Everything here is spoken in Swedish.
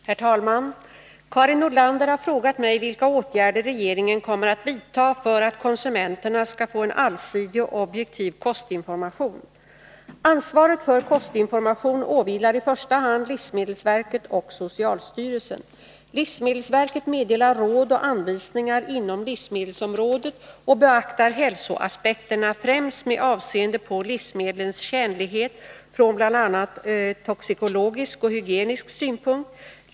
Herr talman! Karin Nordlander har frågat mig vilka åtgärder regeringen kommer att vidta för att konsumenterna skall få en allsidig och objektiv kostinformation. Ansvaret för kostinformation åvilar i första hand livsmedelsverket och socialstyrelsen. Livsmedelsverket meddelar råd och anvisningar inom livsmedelsområdet och beaktar hälsoaspekterna främst med avseende på livsmedlens tjänlighet från bl.a. toxikologisk och hygienisk synpunkt.